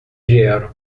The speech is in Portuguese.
vieram